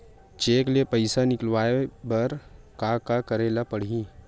Cheque ले पईसा निकलवाय बर का का करे ल पड़हि?